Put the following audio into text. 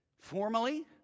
Formally